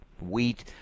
wheat